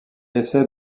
essaye